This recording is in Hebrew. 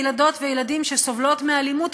ילדות וילדים שסובלות מאלימות,